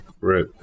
Right